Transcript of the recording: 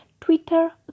Twitter